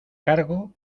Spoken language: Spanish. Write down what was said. cargo